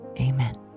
amen